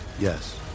yes